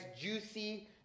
juicy